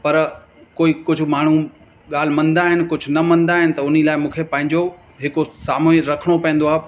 पर कोई कुझु माण्हू ॻाल्हि मञंदा आहिनि कुझु न मञंदा आहिनि त उन लाइ मूंखे पंहिंजो हिकु साम्हूं ई रखिणो पवंदो आहे